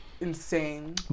insane